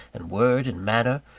and word, and manner,